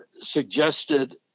suggested –